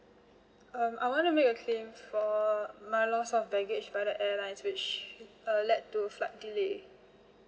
um I want to make a claim for my loss of baggage by the airlines which uh led to flight delayed